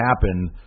happen